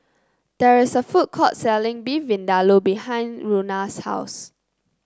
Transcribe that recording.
there is a food court selling Beef Vindaloo behind Rhona's house